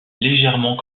légèrement